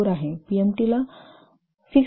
24 आहे PMAT low 6